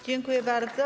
Dziękuję bardzo.